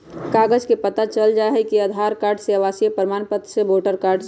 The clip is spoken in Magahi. कागज से पता चल जाहई, आधार कार्ड से, आवासीय प्रमाण पत्र से, वोटर कार्ड से?